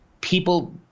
people